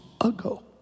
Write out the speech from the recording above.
ago